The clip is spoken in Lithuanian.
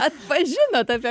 atpažinot apie